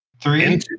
Three